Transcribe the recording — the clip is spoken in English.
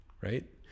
right